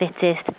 fittest